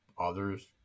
others